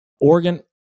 Oregon